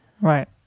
Right